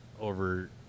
over